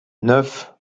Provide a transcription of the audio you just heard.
neuf